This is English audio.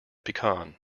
pecan